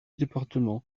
département